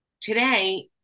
today